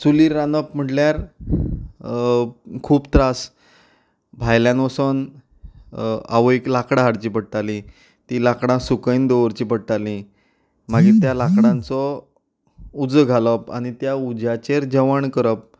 चुलीर रांदप म्हणल्यार खूब त्रास भायल्यान वचून आवयक लांकडां हाडचीं पडटलीं तीं लांकडां सुकवन दवरचीं पडटालीं मागीर त्या लांकडांचो उजो घालप आनी त्या उज्याचेर जेवण करप